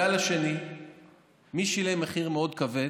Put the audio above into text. בגל השני מי שילם מחיר מאוד כבד?